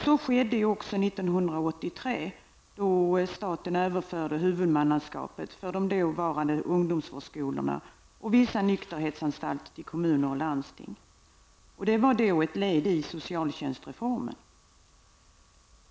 Så skedde också 1983 då staten till kommuner och landsting överförde huvudmannaskapet för de dåvarande ungdomsvårdsskolorna och vissa nykterhetsanstalter. Det var då ett led i socialtjänstreformen.